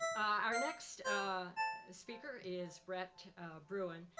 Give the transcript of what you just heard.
our next speaker is brett bruen.